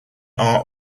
are